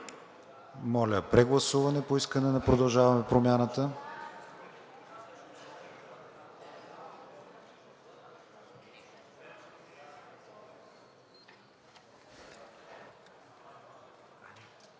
Моля, прегласуване по искане на Продължаваме Промяната.